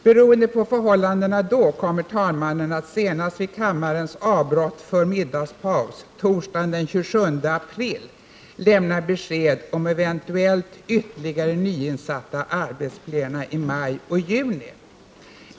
Beroende på förhållandena då kommer talmannen att senast vid kammarens avbrott för middagspaus torsdagen den 27 april lämna besked om eventuellt ytterligare nyinsatta arbetsplena i maj och juni.